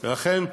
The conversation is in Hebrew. לכן,